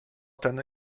ten